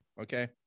okay